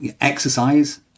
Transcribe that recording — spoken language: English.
exercise